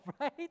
right